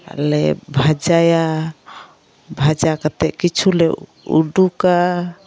ᱟᱨᱞᱮ ᱵᱷᱟᱡᱟᱭᱟ ᱵᱷᱟᱡᱟ ᱠᱟᱛᱮᱫ ᱠᱤᱪᱷᱩᱞᱮ ᱩᱰᱩᱠᱟ